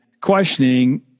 questioning